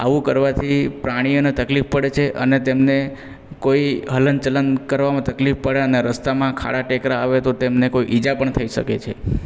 આવું કરવાથી પ્રાણીઓને તકલીફ પડે છે અને તેમને કોઈ હલનચલન કરવામાં તકલીફ પડે અને રસ્તામાં ખાડા ટેકરા આવે તો તેમને કોઈ ઈજા પણ થઈ શકે છે